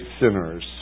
sinners